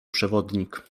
przewodnik